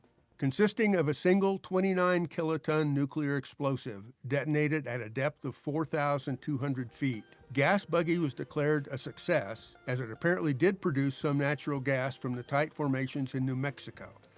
consisting of a single twenty nine kiloton nuclear explosive detonated at a depth of four thousand two hundred feet, gasbuggy was a declared a success as it apparently did produce some natural gas from the tight formations in new mexico.